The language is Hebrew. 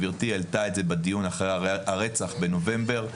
גבירתי העלתה את זה בדיון אחרי הרצח בנובמבר,